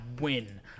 win